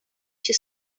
się